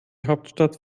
hauptstadt